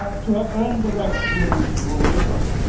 ah to have earned the right to be amongst the rule makers.